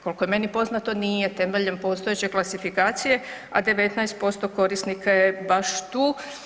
Kolko je meni poznato nije temeljem postojeće klasifikacije, a 19% korisnika je baš tu.